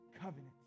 covenant